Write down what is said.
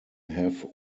have